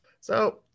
So-